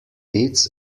its